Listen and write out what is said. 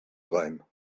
rein